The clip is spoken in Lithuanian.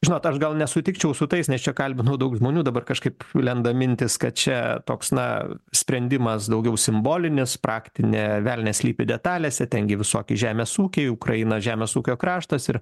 žinot aš gal nesutikčiau su tais nes čia kalbinau daug žmonių dabar kažkaip lenda mintis kad čia toks na sprendimas daugiau simbolinis praktinė velnias slypi detalėse ten gi visokie žemės ūkiui ukraina žemės ūkio kraštas ir